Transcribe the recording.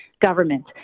government